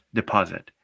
deposit